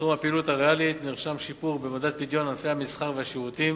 בתחום הפעילות הריאלית נרשם שיפור במדד פדיון ענפי המסחר והשירותים